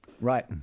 Right